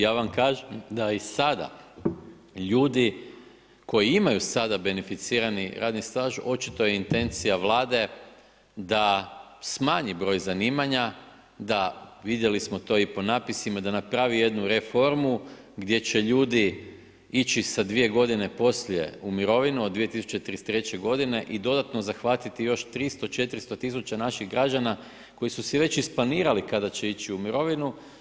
Ja vam kažem da i sada ljudi koji imaju sada beneficirani radni staž, očito je intencija Vlade da smanji broj zanimanja, da, vidjeli smo to i po napisima, da napravi jednu reformu gdje će ljudi ići sa dvije godine poslije u mirovinu, od 2033 godine i dodatno zahvatiti još 300, 400 000 naših građana koji su si već isplanirali kada će ić u mirovinu.